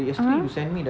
(uh huh)